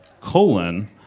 colon